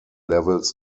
levels